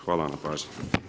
Hvala vam na pažnji.